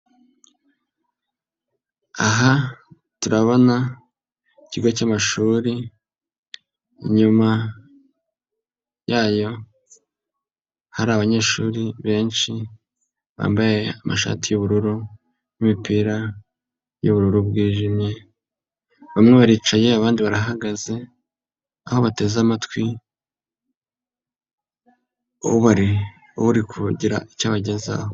Aha turabona, ikigo cy'amashuri, inyuma yayo hari abanyeshuri benshi, bambaye amashati y'ubururu n'imipira y'ubururu bwijimye, bamwe baricaye abandi barahagaze, aho bateze amatwi, uri kugira icyo bagezaho.